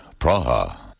Praha